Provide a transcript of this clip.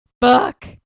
book